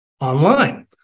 online